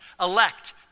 elect